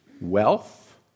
wealth